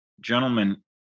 gentlemen